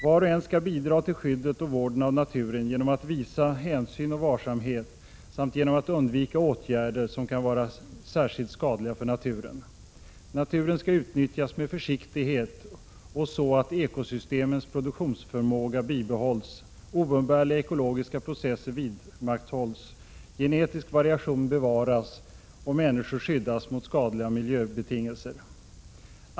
Var och en ska bidra till skyddet och vården av naturen genom att visa hänsyn och varsamhet samt genom att undvika åtgärder som kan vara särskilt skadliga för naturen. Naturen ska utnyttjas med försiktighet och så att ekosystemens produktionsförmåga bibehålls, oumbärliga ekologiska processer vidmakthålls, genetisk variation bevaras och människor skyddas mot skadliga miljöbetingelser.